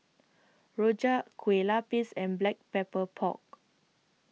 Rojak Kueh Lapis and Black Pepper Pork